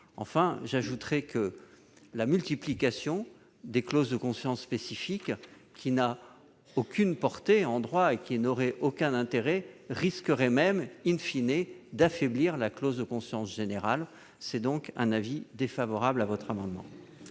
Enfin, j'ajoute que la multiplication des clauses de conscience spécifique, qui n'a aucune portée en droit et n'aurait aucun intérêt, risquerait même d'affaiblir la clause de conscience générale. L'avis est donc défavorable. Quel est